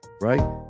Right